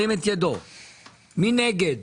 מי נגד?